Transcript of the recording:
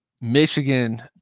Michigan